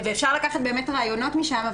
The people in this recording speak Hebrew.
אפשר באמת לקחת רעיונות משם.